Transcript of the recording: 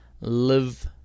live